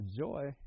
Joy